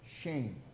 shame